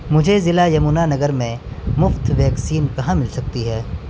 مجھے ضلع یمنا نگر میں مفت ویکسین کہاں مل سکتی ہے